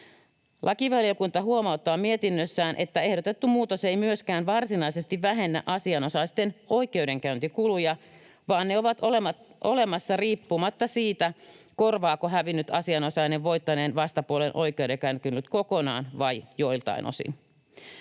Lakivaliokunta huomauttaa mietinnössään, että ehdotettu muutos ei myöskään varsinaisesti vähennä asianosaisten oikeudenkäyntikuluja, vaan ne ovat olemassa riippumatta siitä, korvaako hävinnyt asianosainen voittaneen vastapuolen oikeudenkäyntikulut kokonaan vai joiltain osin.